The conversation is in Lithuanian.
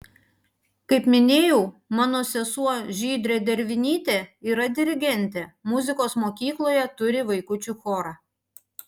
kaip minėjau mano sesuo žydrė dervinytė yra dirigentė muzikos mokykloje turi vaikučių chorą